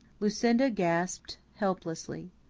lucinda gasped helplessly.